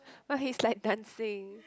but he's like dancing